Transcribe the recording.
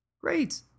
Great